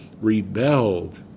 rebelled